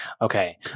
okay